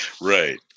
Right